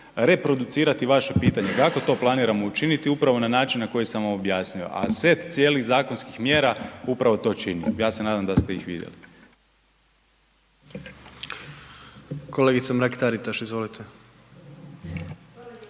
reproducirati vaše pitanje kako to planiramo učiniti, upravo na način na koji sam vam objasnio a set cijelih zakonskih mjera upravo to čini, ja se nadam da ste ih vidjeli. **Jandroković, Gordan